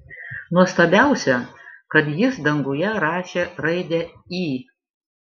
nuostabiausia kad jis danguje rašė raidę i